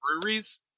breweries